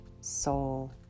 Soul